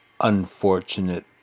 Unfortunate